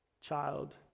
child